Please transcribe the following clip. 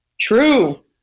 True